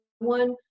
One